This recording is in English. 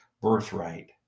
birthright